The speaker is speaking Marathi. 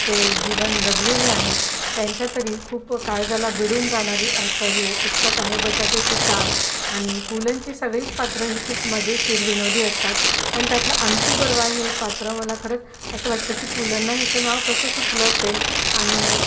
ते जीवन जगलेले आहेत त्यांच्यातरी खूप काळजाला भिडून जाणारी असं हे पुस्तक आहे बटाट्याची चाळ आणि पुलंची सगळीच पात्रं ही खूप मजेशीर विनोदी असतात पण त्यातलं अंतू बर्वा हे पात्र मला खरंच असं वाटतं की पुलंना ह्याचं नाव कसं सुचलं असेल आणि